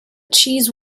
cheese